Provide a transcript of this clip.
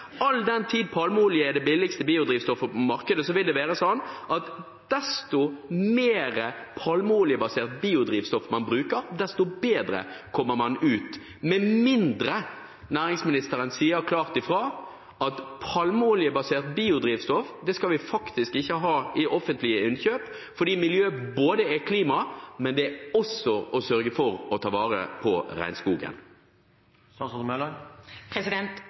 All den tid palmeolje er det billigste drivstoffet på markedet, vil det være sånn at jo mer palmeoljebasert biodrivstoff man bruker, desto bedre kommer man ut, med mindre næringsministeren sier klart fra om at palmeoljebasert biodrivstoff skal vi faktisk ikke ha i offentlige innkjøp, fordi miljø både er klima og å sørge for å ta vare på